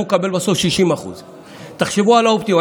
אנחנו נקבל בסוף 60%. תחשבו על האופטימום.